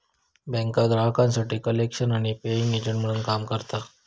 बँका ग्राहकांसाठी कलेक्शन आणि पेइंग एजंट म्हणून काम करता